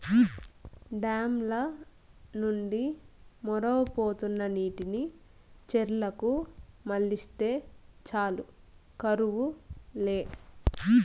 dam ల నుండి మొరవబోతున్న నీటిని చెర్లకు మల్లిస్తే చాలు కరువు లే